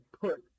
put